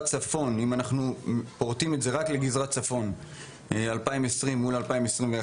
צפון יש ירידה של 22% בין 2020 ל-2021.